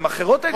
גם אחרות היו.